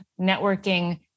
networking